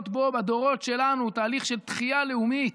בו בדורות שלנו הוא תהליך של תחייה לאומית.